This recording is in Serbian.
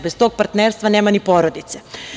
Bez tog partnerstva nema ni porodice.